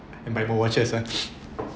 and buy more watches uh